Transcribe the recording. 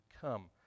come